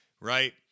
right